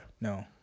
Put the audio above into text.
No